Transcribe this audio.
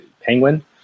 Penguin